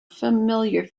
familiar